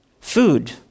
food